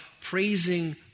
Praising